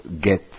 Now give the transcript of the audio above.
get